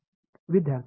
विद्यार्थीः जी 1